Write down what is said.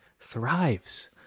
thrives